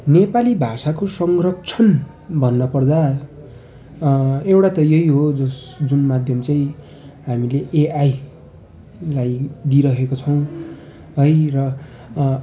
नेपाली भाषाको संरक्षण भन्नुपर्दा एउटा त यही हो जस जुन माध्यम चाहिँ हामीले एआईलाई दिइरहेका छौँ है र